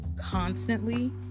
constantly